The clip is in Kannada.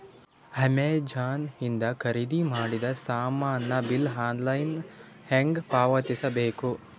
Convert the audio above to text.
ಅಮೆಝಾನ ಇಂದ ಖರೀದಿದ ಮಾಡಿದ ಸಾಮಾನ ಬಿಲ್ ಆನ್ಲೈನ್ ಹೆಂಗ್ ಪಾವತಿಸ ಬೇಕು?